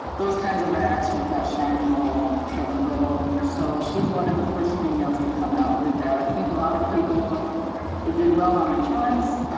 those kinds of acts. you got sean paul, kevin lyttle. so she's one of the first females to come out with that. i think a lot of people it did well on the charts.